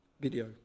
video